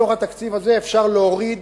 בתוך התקציב הזה אפשר להוריד